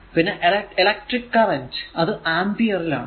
പിന്നെ electric current അത് ampere ൽ ആണ്